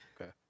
Okay